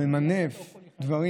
הממנף דברים.